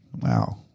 Wow